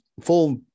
full